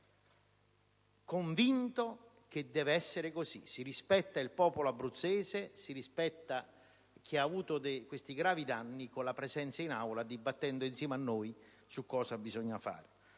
convinto di questo: si rispetta il popolo abruzzese, si rispetta chi ha subito questi gravi danni con la presenza in Aula, dibattendo insieme a noi su quello che bisogna fare.